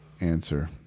answer